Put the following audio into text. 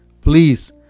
please